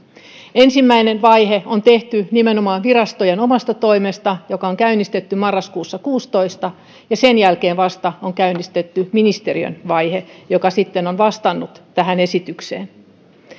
ensimmäinen vaihe on tehty nimenomaan virastojen omasta toimesta joka on käynnistetty marraskuussa kuusitoista ja sen jälkeen vasta on käynnistetty ministeriön vaihe joka sitten on vastannut tähän esitykseen